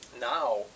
now